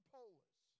Polis